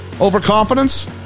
Overconfidence